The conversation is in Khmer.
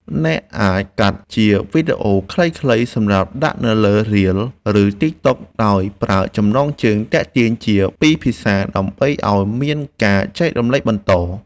អ្នកអាចកាត់ជាវីឌីអូខ្លីៗសម្រាប់ដាក់នៅលើរាល ឬតីកតុកដោយប្រើចំណងជើងទាក់ទាញជាពីរភាសាដើម្បីឱ្យមានការចែករំលែកបន្ត។